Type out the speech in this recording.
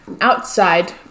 outside